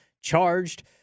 charged